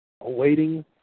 awaiting